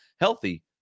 Healthy